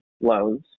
loans